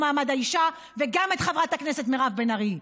מעמד האישה וגם את חברת הכנסת מירב בן ארי.